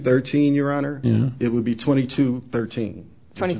thirteen your honor it would be twenty two thirteen twenty